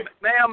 Ma'am